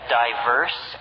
diverse